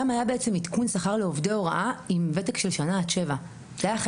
רן ארז הביא לעדכון שכר לעובדי הוראה עם ותק של שנה עד שבע שנים.